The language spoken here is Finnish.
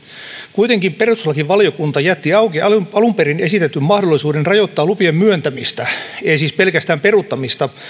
kuitenkin perustuslakivaliokunta jätti auki alun alun perin esitetyn mahdollisuuden rajoittaa lupien myöntämistä ei siis pelkästään peruuttaa